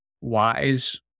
wise